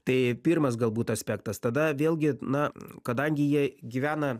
tai pirmas galbūt aspektas tada vėlgi na kadangi jie gyvena